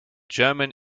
german